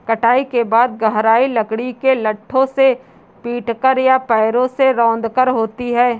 कटाई के बाद गहराई लकड़ी के लट्ठों से पीटकर या पैरों से रौंदकर होती है